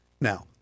Now